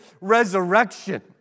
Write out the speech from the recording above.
resurrection